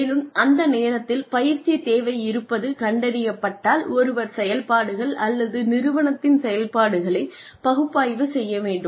மேலும் அந்த நேரத்தில் பயிற்சி தேவை இருப்பது கண்டறியப்பட்டால் ஒருவர் செயல்பாடுகள் அல்லது நிறுவனத்தின் செயல்பாடுகளை பகுப்பாய்வு செய்ய வேண்டும்